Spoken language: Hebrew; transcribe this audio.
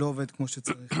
לא עובד כמו שצריך.